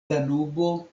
danubo